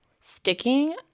sticking